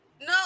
No